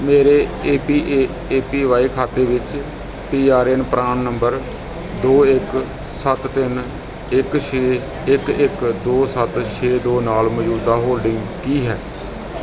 ਮੇਰੇ A P A A P Y ਖਾਤੇ ਵਿੱਚ P R A N PRAN ਨੰਬਰ ਦੋ ਇੱਕ ਸੱਤ ਤਿੰਨ ਇੱਕ ਛੇ ਇੱਕ ਇੱਕ ਦੋ ਸੱਤ ਛੇ ਦੋ ਨਾਲ ਮੌਜ਼ੂਦਾ ਹੋਲਡਿੰਗ ਕੀ ਹੈ